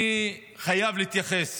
אני חייב להתייחס